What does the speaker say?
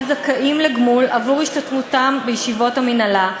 זכאים לגמול עבור השתתפותם בישיבות המינהלה,